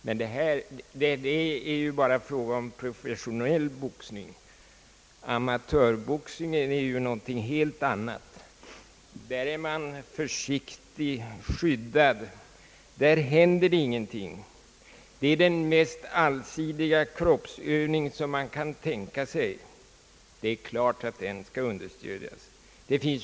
Men det där rör ju bara den professionella boxningen; amatörboxningen är någonting helt annat. Där är man försiktig, skyddad, där händer det ingenting. Det är den mest allsidiga kroppsövning man kan tänka sig. Det är klart att den skall understödjas, anser man.